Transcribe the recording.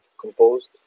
composed